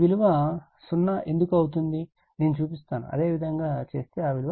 ఈ విలువ 0 ఎందుకు అవుతుందో నేను చూపిస్తాను అదేవిధంగా చేస్తే ఆ విలువ 0 అవుతుంది